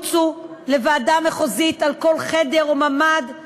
לרוץ לוועדה מחוזית על כל חדר או ממ"ד,